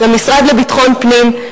למשרד לביטחון פנים,